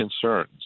concerns